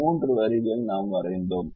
மூன்று வரிகள் நாம் வரைந்தோம்